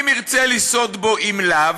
אם ירצה לסעוד בו אם לאו,